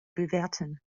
bewerten